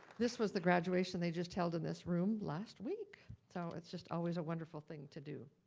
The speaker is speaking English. this was the graduation they just held in this room last week, so it's just always a wonderful thing to do.